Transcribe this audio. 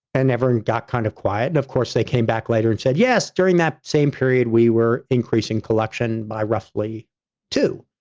and everyone got kind of quiet, and of course, they came back later and said, yes, during that same period, we were increasing collection by roughly two.